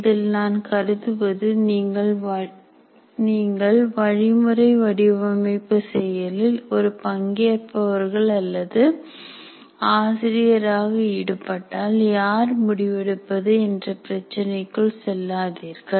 இதில் நான் கருதுவது நீங்கள் வழிமுறை வடிவமைப்பு செயலில் ஒரு பங்கேற்பவர்கள் அல்லது ஆசிரியராக ஈடுபட்டால் யார் முடிவெடுப்பது என்ற பிரச்சனைக்குள் செல்லாதீர்கள்